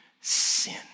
sin